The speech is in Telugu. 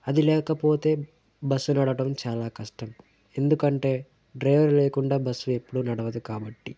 అది లేకపోతే బస్సు నడవటం చాలా కష్టం ఎందుకంటే డ్రైవర్ లేకుండా బస్సు ఎప్పుడూ నడవదు కాబట్టి